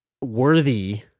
worthy